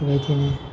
बेबायदिनो